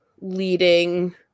leading